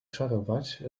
czarować